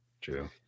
True